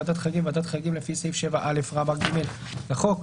"ועדת חריגים" - ועדת חריגים לפי סעיף 7א(ג) לחוק,